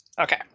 Okay